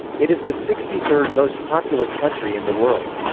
it is the sixty third most populous country in the world.